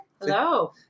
Hello